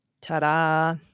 Ta-da